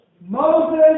Moses